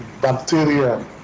bacteria